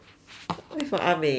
wait for ah mei why